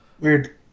Weird